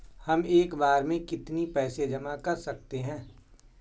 हम एक बार में कितनी पैसे जमा कर सकते हैं?